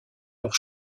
leurs